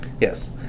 Yes